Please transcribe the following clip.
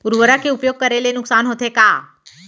उर्वरक के उपयोग करे ले नुकसान होथे का?